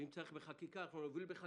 ואם צריך חקיקה אז אנחנו נוביל חקיקה.